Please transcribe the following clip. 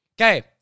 Okay